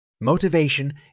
Motivation